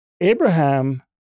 Abraham